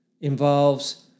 involves